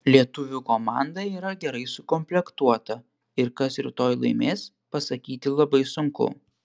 lietuvių komanda yra gerai sukomplektuota ir kas rytoj laimės pasakyti labai sunku